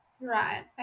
Right